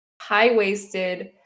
high-waisted